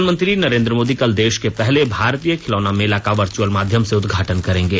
प्रधानमंत्री नरेंद्र मोदी कल देश के पहले भारतीय खिलौना मेला का वर्चुअल माध्यम से उदघाटन करेंगे